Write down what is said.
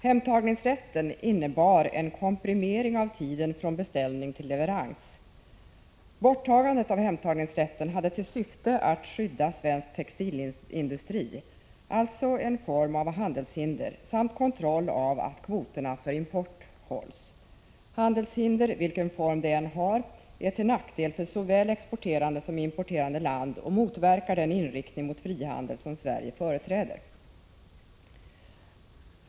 Hemtagningsrätten innebar en komprimering av tiden från beställning till leverans. Borttagandet av hemtagningsrätten hade till syfte att skydda svensk textilindustri, alltså utgöra en form av handelshinder, samt att kontrollera att kvoterna för import hålls. Handelshinder är, vilken form de än har, till nackdel för såväl exporterande som importerande land och motverkar den inriktning mot frihandel som Prot. 1985/86:126 Sverige företräder.